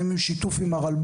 האם יש שיתוף עם הרלב"ד.